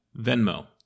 Venmo